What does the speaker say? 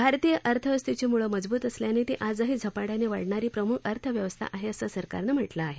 भारतीय अर्थव्यवस्थेची म्ळं मजबूत असल्यानं ती आजही झपाट्यानं वाढणारी प्रम्ख अर्थव्यवस्था आहे असं सरकारनं म्हटलं आहे